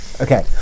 Okay